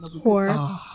Poor